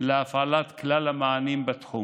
להפעלת כלל המענים בתחום.